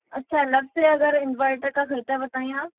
अच्छा नब्बे हज़ार इन्वर्टर का ख़र्चा बताएँ आप